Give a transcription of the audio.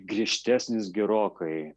griežtesnis gerokai